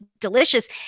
delicious